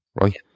right